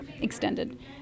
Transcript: extended